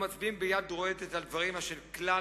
ומצביעים ביד רועדת על דברים אשר כלל